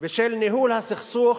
ושל ניהול הסכסוך